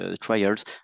trials